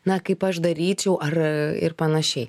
na kaip aš daryčiau ar ir panašiai